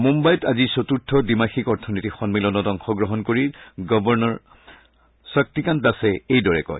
মুঘাইত আজি চতুৰ্থ দ্বিমাসিক অথনীতি সন্মিলনত অংশ গ্ৰহণ কৰি গৱৰ্ণৰ শক্তিকান্ত দাসে এইদৰে কয়